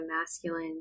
masculine